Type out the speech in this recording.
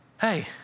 Hey